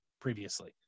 previously